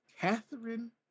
Catherine